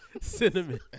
cinnamon